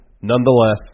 Nonetheless